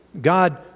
God